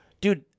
Dude